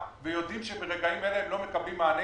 ויודעים שברגעים אלה הם לא מקבלים מענה